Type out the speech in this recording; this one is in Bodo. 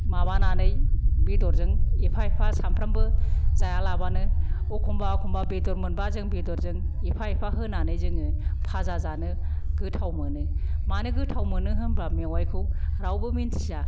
माबानानै बेदरजों एफा एफा सानफ्रामबो जायालाबानो एखमबा एखमबा बेदर मोनबा जों बेदरजों एफा एफा होनानै जोङो फाजा जानो गोथाव मोनो मानो गोथाव मोनो होमबा मेवायखौ रावबो मोनथिया